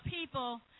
people